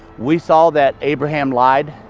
we saw that abraham lied,